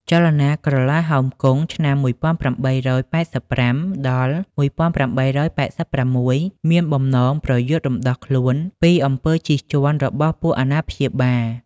ចលនាក្រឡាហោមគង់ (ឆ្នាំ១៨៨៥-១៨៨៦) មានបំណងប្រយុទ្ធរំដោះខ្លួនពីអំពើជិះជាន់របស់ពួកអាណាព្យាបាល។